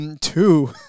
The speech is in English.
Two